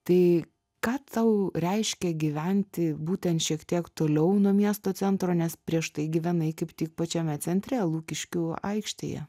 tai ką tau reiškia gyventi būtent šiek tiek toliau nuo miesto centro nes prieš tai gyvenai kaip tik pačiame centre lukiškių aikštėje